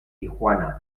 tijuana